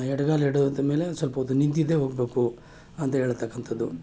ಎಡ್ಗಾಲು ಎಡ್ದು ಮೇಲೆ ಸ್ವಲ್ಪ ಹೊತ್ತು ನಿಂತಿದ್ದೇ ಹೋಗ್ಬೇಕು ಅಂತ ಹೇಳತಕ್ಕಂಥದ್ದು